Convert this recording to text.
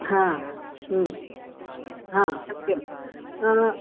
हा हा सत्यम्